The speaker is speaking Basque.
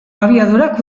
abiadurak